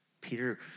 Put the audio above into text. Peter